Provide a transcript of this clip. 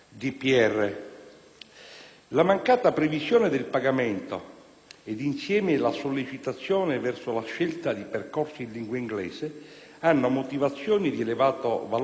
La mancata previsione del pagamento, ed insieme la sollecitazione verso la scelta di percorsi in lingua inglese, hanno motivazioni di elevato valore formativo e sociale,